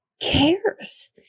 cares